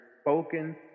spoken